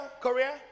Korea